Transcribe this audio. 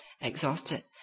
exhausted